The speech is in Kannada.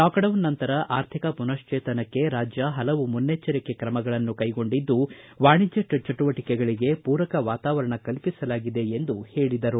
ಲಾಕ್ಡೌನ್ ನಂತರ ಆರ್ಥಿಕ ಪುನಶ್ವೇತನಕ್ಕೆ ರಾಜ್ಯ ಪಲವು ಮುನ್ನೆಚ್ಚರಿಕೆ ತ್ರಮಗಳನ್ನು ಕೈಗೊಂಡಿದ್ದು ವಾಣಿಜ್ಯ ಚಟುವಟಿಕೆಗಳಿಗೆ ಪೂರಕ ವಾತಾರವಾರಣ ಕಲ್ಪಿಸಲಾಗಿದೆಎಂದು ಹೇಳಿದರು